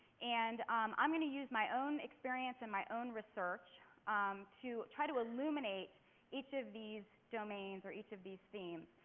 and um i'm going to use my own experience and my own research to try to illuminate each of these domains or each of these themes.